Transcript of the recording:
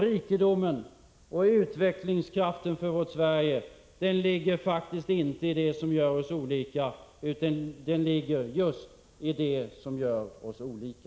Rikedomen och utvecklingskraften för vårt Sverige ligger faktiskt inte i det som gör oss lika, utan just i det som gör oss olika.